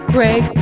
Craig